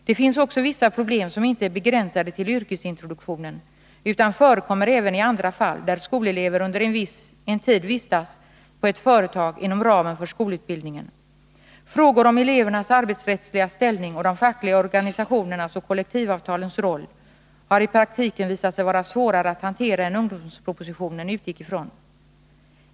Det finns också vissa problem som inte är begränsade till yrkesintroduktionen utan förekommer även i andra fall där skolelever under en tid vistas på ett företag inom ramen för skolutbildningen. Frågor om elevernas arbetsrättsliga ställning och de fackliga organisationernas och kollektivavtalens roll har i praktiken visat sig vara svårare att hantera än ungdomspropositionen utgick från.